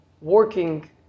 working